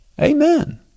Amen